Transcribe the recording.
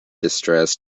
distress